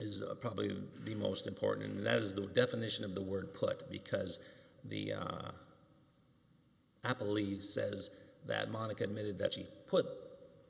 is probably the most important and that is the definition of the word put because the i believe says that monica admitted that she put